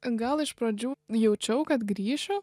gal iš pradžių jaučiau kad grįšiu